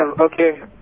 Okay